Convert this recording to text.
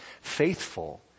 faithful